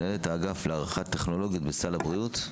מנהלת האגף להערכת טכנולוגיות בסל הבריאות.